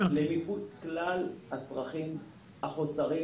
כדי לצמצם את הפערים והחוסרים.